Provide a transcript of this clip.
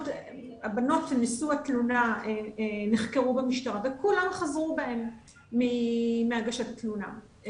הבנות נשוא התלונה נחקרו במשטרה וכולן חזרו בהן מהגשת התלונה.